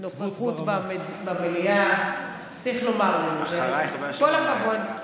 נוכחות במליאה, כל הכבוד.